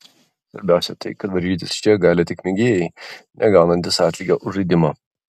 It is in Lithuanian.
svarbiausia tai kad varžytis čia gali tik mėgėjai negaunantys atlygio už žaidimą